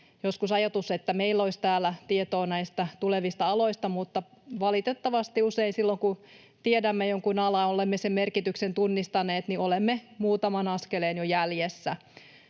joskus ajatus, että meillä olisi täällä tietoa näistä tulevista aloista, mutta valitettavasti usein silloin, kun tiedämme jonkun alan, olemme sen merkityksen tunnistaneet, niin olemme jo muutaman askeleen jäljessä.